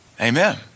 Amen